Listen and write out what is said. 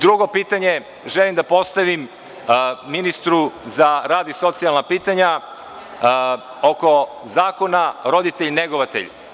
Drugo pitanje želim da postavim ministru za rad i socijalna pitanja, oko zakona roditelj-negovatelj.